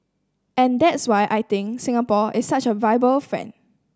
and that's why I think Singapore is such a viable friend